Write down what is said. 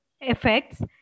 effects